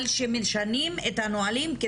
על שמשנים את הנהלים,